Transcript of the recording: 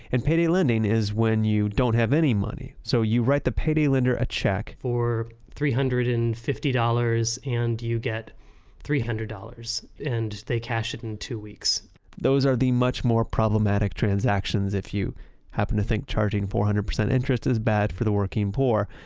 and payday lending is when you don't have any money. so you write the payday lender a check for three hundred and fifty dollars and you get three hundred dollars. and they cash it in two weeks those are the much more problematic transactions if you happen to think charging four hundred percent interest is bad for the working poor.